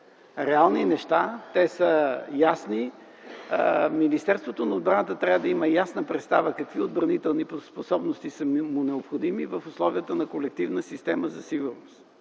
реални неща, те са ясни. Министерството на отбраната трябва да има ясна представа какви отбранителни способности са му необходими в условията на колективна система за сигурност.